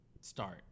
start